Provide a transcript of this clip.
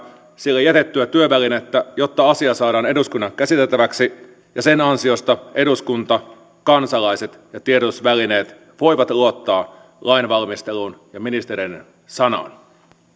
sille jätettyä työvälinettä jotta asia saadaan eduskunnan käsiteltäväksi ja sen ansiosta eduskunta kansalaiset ja tiedotusvälineet voivat luottaa lainvalmisteluun ja ministereiden sanaan